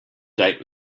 date